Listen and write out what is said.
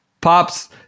pops